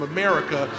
America